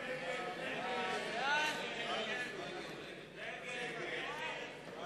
יואל חסון ואלי אפללו לסעיף 1 לא